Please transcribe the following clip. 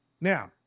Now